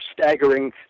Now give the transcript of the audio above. staggering